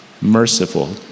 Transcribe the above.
merciful